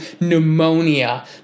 pneumonia